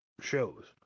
shows